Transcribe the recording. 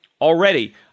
already